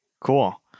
Cool